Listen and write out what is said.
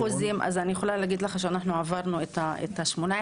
מבחינת אחוזים אני יכולה להגיד לך שאנחנו עברנו את ה-18%,